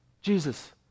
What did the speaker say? Jesus